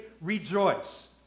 rejoice